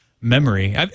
memory